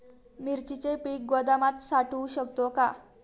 मिरचीचे पीक गोदामात साठवू शकतो का?